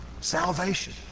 salvation